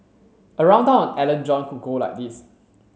a rundown on Alan John could go like this